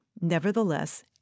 Nevertheless